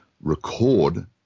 record